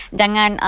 jangan